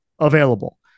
available